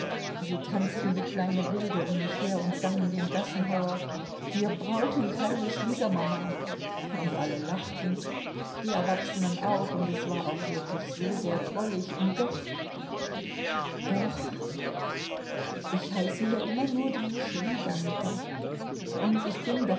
tanzten wie kleine wilde um mich her und sangen den gassenhauer wir brauchen keine